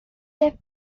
left